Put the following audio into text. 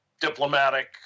diplomatic